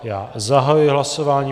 Já zahajuji hlasování.